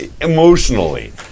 emotionally